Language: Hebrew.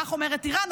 כך אומרת איראן,